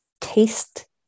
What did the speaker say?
taste